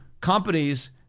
companies